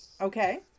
okay